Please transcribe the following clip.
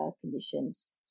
conditions